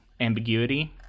ambiguity